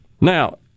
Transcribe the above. Now